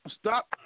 Stop